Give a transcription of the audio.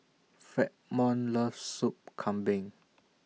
Fremont loves Soup Kambing